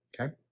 okay